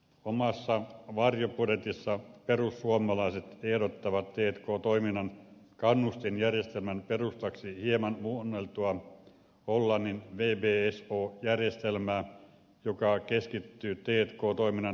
omassa varjobudjetissa perussuomalaiset ehdottavat t k toiminnan kannustinjärjestelmän perustaksi hieman muunneltua hollannin wbso järjestelmää joka keskittyy t k toiminnan työvoimakustannuksiin